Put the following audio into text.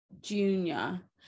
junior